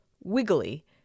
wiggly